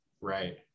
Right